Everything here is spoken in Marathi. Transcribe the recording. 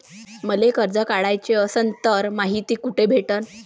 मले कर्ज काढाच असनं तर मायती कुठ भेटनं?